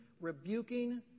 rebuking